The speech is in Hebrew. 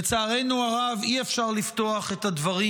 לצערנו הרב, גם הבוקר הזה אי-אפשר לפתוח את הדברים